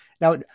now